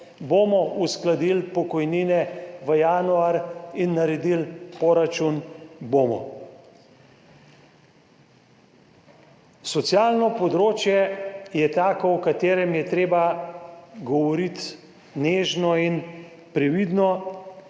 Bomo uskladili pokojnine v januar in naredili poračun? Bomo. Socialno področje je tako, o katerem je treba govoriti nežno in previdno,